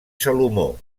salomó